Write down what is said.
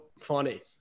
funny